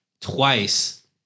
twice